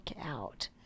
out